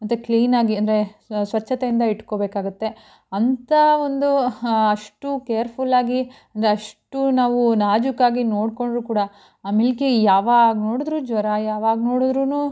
ಮತ್ತು ಕ್ಲೀನಾಗಿ ಅಂದರೆ ಸ್ವಚ್ಛತೆಯಿಂದ ಇಟ್ಕೊಬೇಕಾಗುತ್ತೆ ಅಂತ ಒಂದು ಅಷ್ಟು ಕೇರ್ಫುಲ್ಲಾಗಿ ಅಂದರೆ ಅಷ್ಟು ನಾವು ನಾಜೂಕಾಗಿ ನೋಡಿಕೊಂಡ್ರು ಕೂಡ ಆ ಮಿಲ್ಕಿ ಯಾವಾಗ ನೋಡಿದ್ರೂ ಜ್ವರ ಯಾವಾಗ ನೋಡಿದ್ರೂ